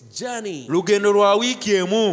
journey